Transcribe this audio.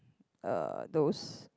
uh those